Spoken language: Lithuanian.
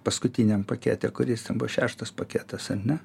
paskutiniam pakete kuris ten buvo šeštas paketas ar ne